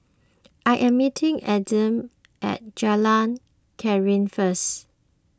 I am meeting Aidan at Jalan Krian first